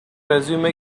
resume